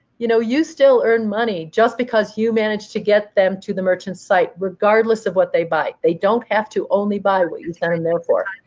you know you still earn money, just because you managed to get them to the merchant site, regardless of what they buy. they don't have to only buy what you sent them there for.